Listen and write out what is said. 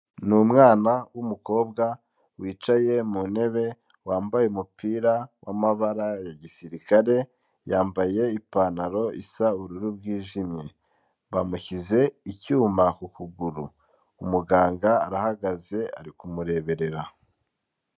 Ni umwana w'umukobwa, wicaye mu ntebe, wambaye umupira w'amabara ya gisirikare, yambaye ipantaro isa ubururu bwijimye, bamushyize icyuma ku kuguru, umuganga arahagaze ari kumureberera.